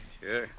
Sure